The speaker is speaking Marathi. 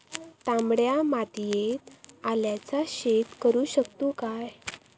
तामड्या मातयेत आल्याचा शेत करु शकतू काय?